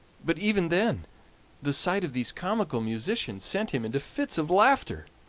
but even then the sight of these comical musicians sent him into fits of laughter.